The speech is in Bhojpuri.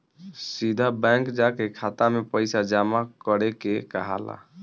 सीधा बैंक जाके खाता में पइसा जामा करे के कहाला